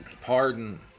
pardon